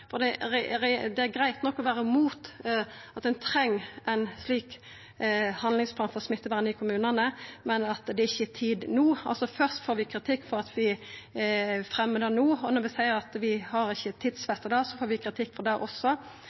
Det er greitt nok å vera mot at ein treng ein slik handlingsplan for smittevern i kommunane, at det ikkje er tid no. Først får vi kritikk for at vi fremjar det no, og når vi seier at vi ikkje har tidfesta det, får vi kritikk for det også.